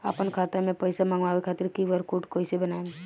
आपन खाता मे पैसा मँगबावे खातिर क्यू.आर कोड कैसे बनाएम?